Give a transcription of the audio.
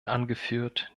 angeführt